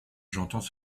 j’entends